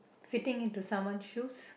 fitting into someone's shoes